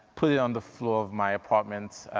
put it on the floor of my apartment,